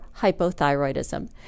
hypothyroidism